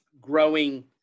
growing